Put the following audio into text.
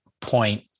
point